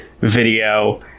video